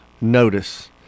notice